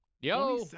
Yo